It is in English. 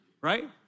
Right